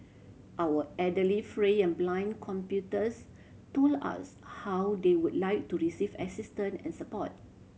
our elderly frail and blind computers told us how they would like to receive assistance and support